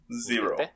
zero